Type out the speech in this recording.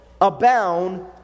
abound